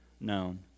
known